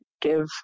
give